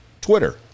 Twitter